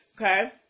okay